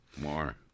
more